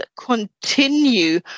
continue